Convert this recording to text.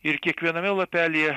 ir kiekviename lapelyje